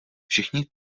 všichni